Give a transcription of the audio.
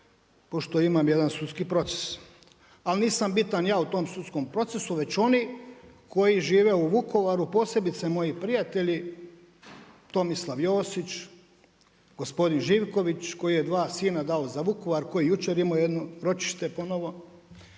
pošto imam jedan sudski proces. Ali nisam bitan ja u tom sudskom procesu, već oni koji žive u Vukovaru, posebice moji prijatelji Tomislav Josić, gospodin Živković koji je dao dva sina za Vukovar, koji je jučer imao jedno ročište ponovo.